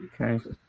Okay